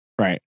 right